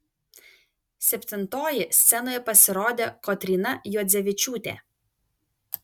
septintoji scenoje pasirodė kotryna juodzevičiūtė